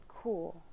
Cool